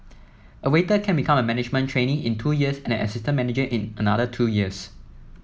a waiter can become a management trainee in two years and an assistant manager in another two years